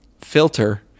Filter